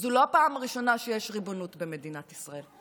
זו לא הפעם הראשונה שיש ריבונות במדינת ישראל,